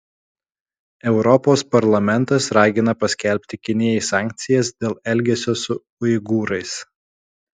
europos parlamentas ragina paskelbti kinijai sankcijas dėl elgesio su uigūrais